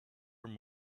him